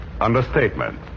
understatement